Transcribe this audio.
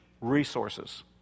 resources